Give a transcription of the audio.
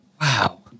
Wow